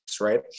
right